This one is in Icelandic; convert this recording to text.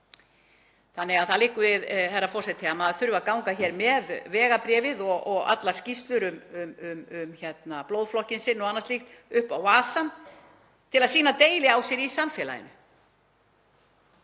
ekki. Það liggur við, herra forseti, að maður þurfi að ganga hér með vegabréfið og allar skýrslur um blóðflokkinn sinn og annað slíkt upp á vasann til að sanna deili á sér í samfélaginu.